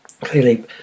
clearly